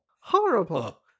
Horrible